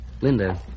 Linda